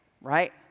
right